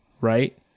right